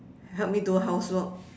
help me do housework